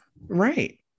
Right